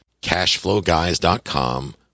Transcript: cashflowguys.com